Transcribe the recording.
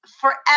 forever